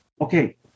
okay